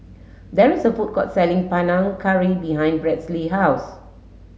there is a food court selling Panang Curry behind Bradly house